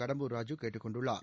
கடம்பூர் ராஜூ கேட்டுக் கொண்டுள்ளார்